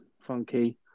funky